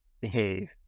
behave